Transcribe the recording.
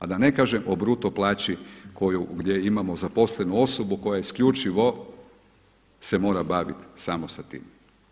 A da ne kažem o bruto plaći gdje imamo zaposlenu osobu koja se isključivo mora baviti samo s tim.